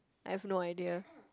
I've no idea